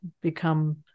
become